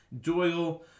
Doyle